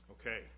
Okay